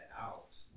out